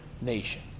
nation